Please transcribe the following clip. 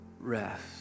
rest